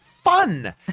fun